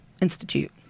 Institute